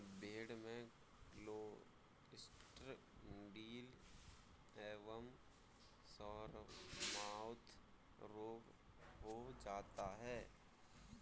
भेड़ में क्लॉस्ट्रिडियल एवं सोरमाउथ रोग हो जाता है